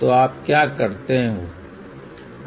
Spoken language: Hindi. तो आप क्या करते हो